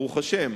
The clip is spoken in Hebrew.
ברוך השם,